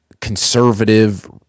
conservative